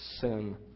sin